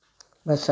बसि